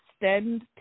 extend